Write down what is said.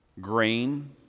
Grain